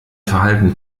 verhalten